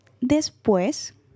después